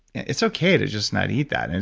it's okay to just not eat that. and